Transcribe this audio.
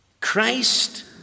Christ